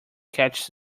catches